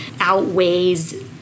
outweighs